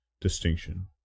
distinction